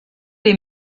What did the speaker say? les